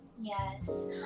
yes